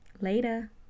later